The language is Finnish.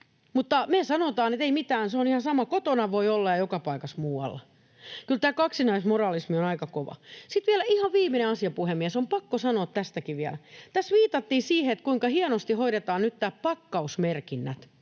Mutta me sanotaan, että ei mitään, se on ihan sama — kotona voi olla ja joka paikassa muualla. Kyllä tämä kaksinaismoralismi on aika kova. Sitten vielä ihan viimeinen asia, puhemies. On pakko sanoa tästäkin vielä. Tässä viitattiin siihen, kuinka hienosti hoidetaan nyt nämä pakkausmerkinnät.